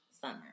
summer